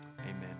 amen